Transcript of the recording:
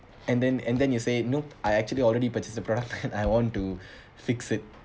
and then and then you say nope I actually already purchased the product I want to fix it